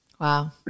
Wow